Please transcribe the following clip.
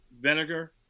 vinegar